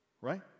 right